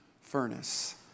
furnace